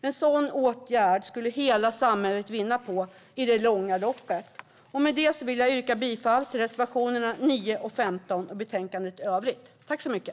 En sådan åtgärd skulle hela samhället vinna på i det långa loppet. Med det vill jag yrka bifall till reservationerna 9 och 15 liksom till övriga förslag i betänkandet.